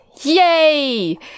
yay